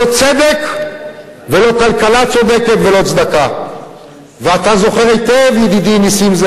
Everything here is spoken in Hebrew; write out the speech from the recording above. אוהו, אוהו, ואתה לא תיתן ציונים, זה